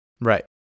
Right